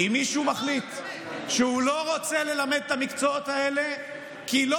אם מישהו מחליט שהוא לא רוצה ללמד את המקצועות האלה כי לא